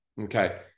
okay